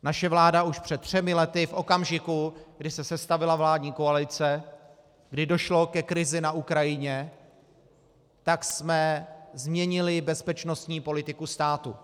Naše vláda už před třemi lety, v okamžiku, kdy se sestavila vládní koalice, kdy došlo ke krizi na Ukrajině, tak jsme změnili bezpečnostní politiku státu.